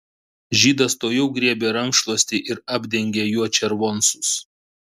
žydas tuojau griebė rankšluostį ir apdengė juo červoncus